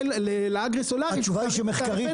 התשובה היא שמחקרית,